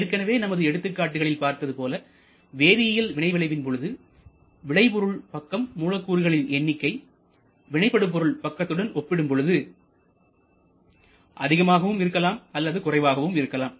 ஏற்கனவே நமது எடுத்துக்காட்டுகளில் பார்ப்பதுபோல வேதியியல் வினைவிளைவின் பொழுது விளைபொருள் பக்கம் மூலக்கூறுகளின் எண்ணிக்கை வினைபடுபொருள் பக்கத்துடன் ஒப்பிடும் பொழுது அதிகமாகவும் இருக்கலாம் அல்லது குறைவாகவும் இருக்கலாம்